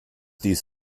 dies